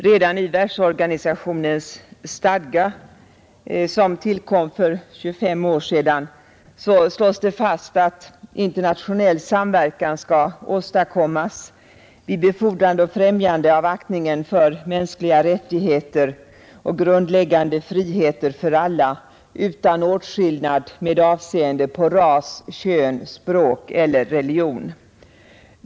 Redan i världsorganisationens stadga, som tillkom för 25 år sedan slås det fast att internationell samverkan skall åstadkommas ”vid befordrande och främjande av aktningen för mänskliga rättigheter och grundläggande friheter för alla utan åtskillnad med avseende på ras, kön, språk eller religion”.